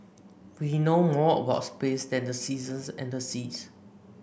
we know more about space than the seasons and the seas